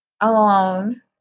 alone